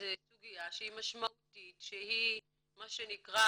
זו סוגיה שהיא משמעותית שהיא מה שנקרא,